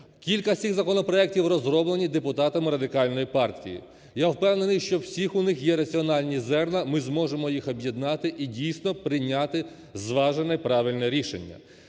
Кілька цих законопроектів розроблені депутатами Радикальної партії. Я впевнений, що у всіх у них раціональні зерна, ми зможемо їх об'єднати – і, дійсно, прийняти зважене, правильне рішення.